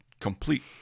complete